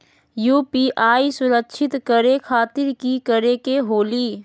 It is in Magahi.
यू.पी.आई सुरक्षित करे खातिर कि करे के होलि?